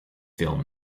film